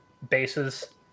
Bases